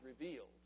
revealed